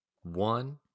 one